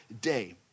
day